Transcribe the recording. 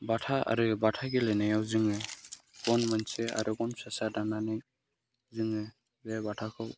बाथा आरो बाथा गेलेनायाव जोङो गन मोनसे आरो गन फिसासा दाननानै जोङो बे बाथाखौ